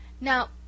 Now